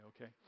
okay